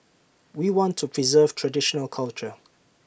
we want to preserve traditional culture